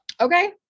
okay